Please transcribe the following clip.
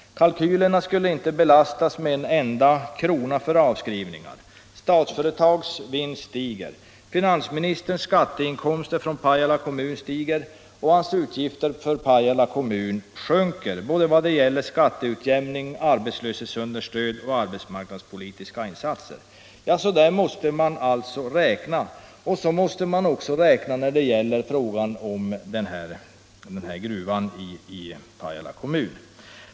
Kalkylerna skulle inte belastas med en enda krona för avskrivningar. Statsföretags vinst skulle stiga. Finansministerns skatteinkomster från Pajala kommun skulle stiga och hans utgifter för kommunen sjunka, både vad gäller skatteutjämningsbidrag, arbetslöshetsunderstöd och arbetsmarknadspolitiska insatser. På detta sätt måste man räkna också i fråga om den här gruvan i Pajala kommun.